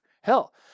Hell